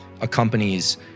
accompanies